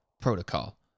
protocol